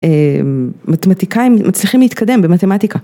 מתמטיקאים מצליחים להתקדם במתמטיקה.